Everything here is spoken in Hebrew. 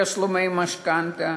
תשלומי משכנתה,